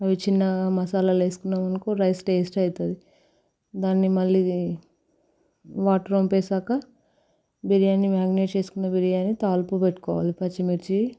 అవి చిన్న మసాలాలు వేసుకున్నామనుకో రైస్ టేస్ట్గా అవుతుంది దాని మళ్ళీ వాటర్ వంపేశాక బిర్యాని మ్యామినేట్ చేసుకున్న బిర్యానీ తాలింపు పెట్టుకోవాలి పచ్చిమిర్చి